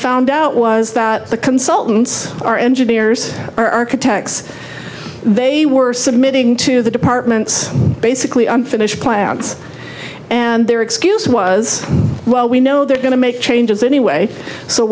found out was that the consultants our engineers architects they were submitting to the department's basically unfinished clients and their excuse was well we know they're going to make changes anyway so